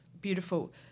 Beautiful